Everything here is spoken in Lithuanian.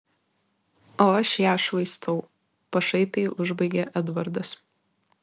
o aš ją švaistau pašaipiai užbaigė edvardas